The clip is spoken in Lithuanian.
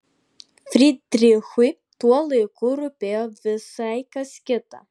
frydrichui tuo laiku rūpėjo visai kas kita